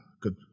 good